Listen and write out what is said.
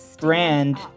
brand